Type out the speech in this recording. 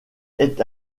est